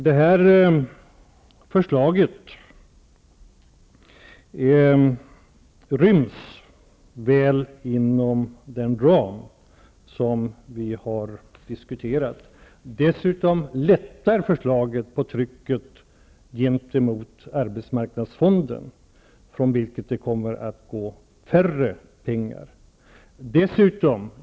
Det här förslaget ryms väl inom den ram som vi har diskuterat. Dessutom innebär förslaget att trycket lättar gentemot arbetsmarknadsfonden, varifrån det kommer att komma mindre pengar.